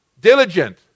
Diligent